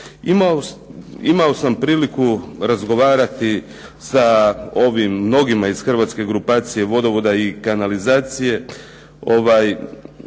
Imao sam priliku razgovarati sa ovim mnogima iz Hrvatske grupacije vodovoda i kanalizacije